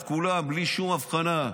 את כולם בלי שום הבחנה.